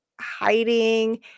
hiding